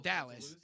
Dallas